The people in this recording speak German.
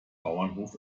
bauernhof